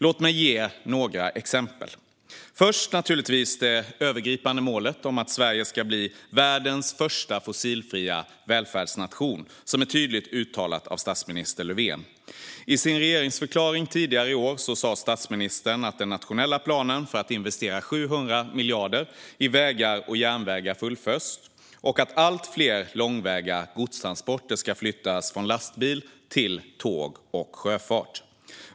Låt mig ge några exempel: Först vill jag nämna det övergripande målet om att Sverige ska bli världens första fossilfria välfärdsnation, som är tydligt uttalat av statsminister Löfven. I sin regeringsförklaring tidigare i år sa statsministern att den nationella planen för att investera 700 miljarder i vägar och järnvägar fullföljs och att allt fler långväga godstransporter ska flyttas från lastbil till tåg och sjöfart.